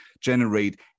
generate